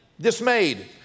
dismayed